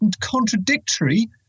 contradictory